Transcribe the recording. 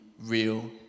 real